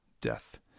death